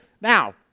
Now